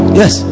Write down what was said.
yes